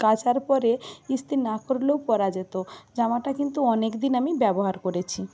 কাচার পরে ইস্ত্রি না করলেও পরা যেত জামাটা কিন্তু অনেক দিন আমি ব্যবহার করেছি